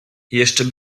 jeszcze